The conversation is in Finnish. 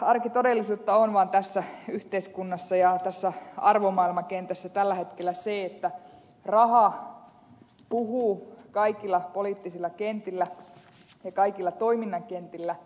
arkitodellisuutta on vaan tässä yhteiskunnassa ja tässä arvomaailmakentässä tällä hetkellä se että raha puhuu kaikilla poliittisilla kentillä ja kaikilla toiminnan kentillä